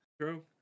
True